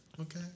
Okay